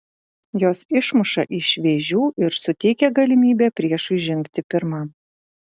jos išmuša iš vėžių ir suteikia galimybę priešui žengti pirmam